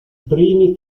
primi